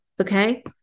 Okay